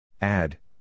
Add